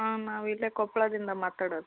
ಹಾಂ ನಾವು ಇಲ್ಲೇ ಕೊಪ್ಪಳದಿಂದ ಮಾತಾಡೋದು